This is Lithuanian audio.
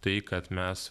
tai kad mes